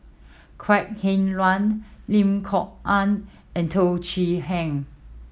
Kok Heng Leun Lim Kok Ann and Teo Chee Hean